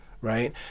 Right